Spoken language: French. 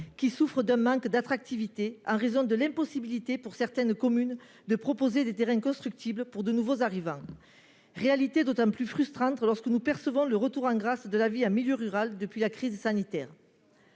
qui souffre d'un manque d'attractivité en raison de l'impossibilité pour certaines communes de proposer des terrains constructibles à de nouveaux arrivants. Cette réalité est d'autant plus frustrante que nous percevons le retour en grâce de la vie en milieu rural depuis la crise sanitaire.